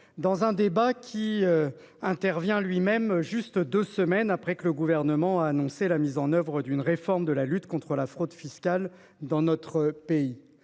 Éblé, débat qui a lieu deux semaines après que le Gouvernement a annoncé la mise en oeuvre d'une réforme de la lutte contre la fraude fiscale dans notre pays.